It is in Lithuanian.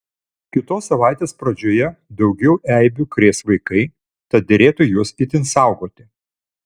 kitos savaitės pradžioje daugiau eibių krės vaikai tad derėtų juos itin saugoti